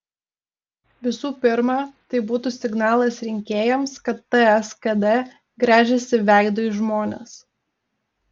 visų pirma tai būtų signalas rinkėjams kad ts kd gręžiasi veidu į žmones